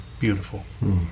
beautiful